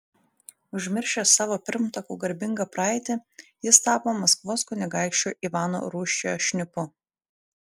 užmiršęs savo pirmtakų garbingą praeitį jis tapo maskvos kunigaikščio ivano rūsčiojo šnipu